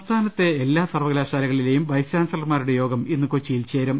സംസ്ഥാനത്തെ എല്ലാസർവകലാശാലകളിലെയും വൈസ് ചാൻസലർമാരുടെ യോഗം ഇന്ന് കൊച്ചിയിൽ നടക്കും